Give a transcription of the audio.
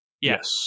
Yes